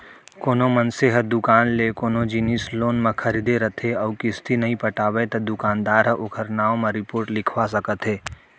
कोनो मनसे ह दुकान ले कोनो जिनिस लोन म खरीदे रथे अउ किस्ती नइ पटावय त दुकानदार ह ओखर नांव म रिपोट लिखवा सकत हे